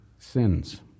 Sins